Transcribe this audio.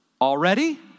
Already